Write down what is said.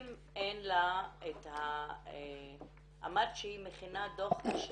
אם אין לה, אמרת שהיא מכינה דו"ח כשצריך,